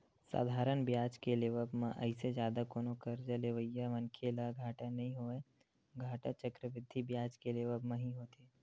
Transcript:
साधारन बियाज के लेवब म अइसे जादा कोनो करजा लेवइया मनखे ल घाटा नइ होवय, घाटा चक्रबृद्धि बियाज के लेवब म ही होथे